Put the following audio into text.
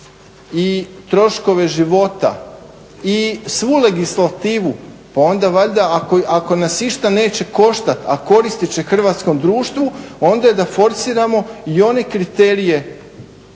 i troškove života i svu legislativu pa onda valjda ako nas išta neće koštati, a koristit će hrvatskom društvu onda da forsiramo i one kriterije